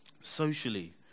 Socially